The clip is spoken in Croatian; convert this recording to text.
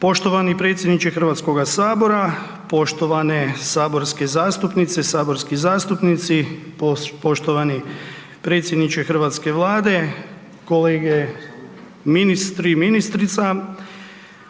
Poštovani predsjedniče HS, poštovane saborske zastupnice, saborski zastupnici, poštovani predsjedniče hrvatske vlade, kolege ministri i ministrica.